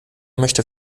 möchte